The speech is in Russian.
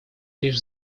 лишь